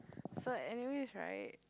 so anyways right